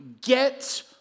get